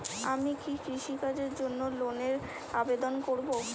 আমি কি কৃষিকাজের জন্য লোনের আবেদন করব?